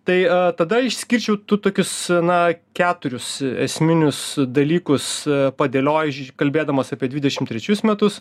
tai tada išskirčiau tu tokius na keturius esminius dalykus padėliojus kalbėdamas apie dvidešimt trečius metus